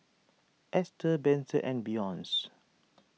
Ester Benson and Beyonce